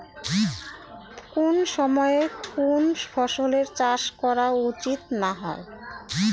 কুন সময়ে কুন ফসলের চাষ করা উচিৎ না হয়?